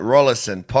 Rollison